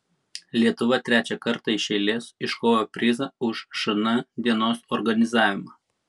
lietuva trečią kartą iš eilės iškovojo prizą už šn dienos organizavimą